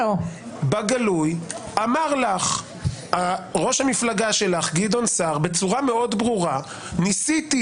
בגלוי אמר לך ראש המפלגה שלך גדעון סער בצורה מאוד ברורה: ניסיתי